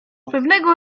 pewnego